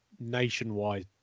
nationwide